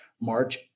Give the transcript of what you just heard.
March